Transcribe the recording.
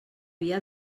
via